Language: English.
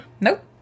Nope